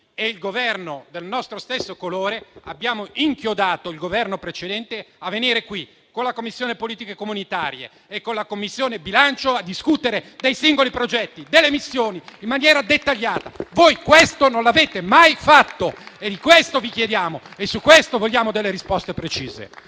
e il Governo del nostro stesso colore, abbiamo inchiodato il Governo precedente a venire qui, con la Commissione politiche dell'unione europea e con la Commissione bilancio, a discutere dei singoli progetti, delle missioni, in maniera dettagliata. Voi questo non l'avete mai fatto! Di questo vi chiediamo conto e su questo vogliamo delle risposte precise.